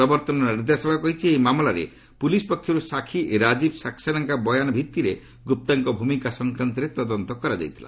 ପ୍ରବର୍ତ୍ତନ ନିର୍ଦ୍ଦେଶାଳୟ କହିଛି ଏହି ମାମଲାରେ ପୁଲିସ୍ ପକ୍ଷରୁ ସାକ୍ଷୀ ରାଜୀବ ସାକ୍ସେନାଙ୍କ ବୟାନ ଭିତ୍ତିରେ ଗୁପ୍ତାଙ୍କ ଭୂମିକା ସଂକ୍ରାନ୍ତରେ ତଦନ୍ତ କରାଯାଇଥିଲା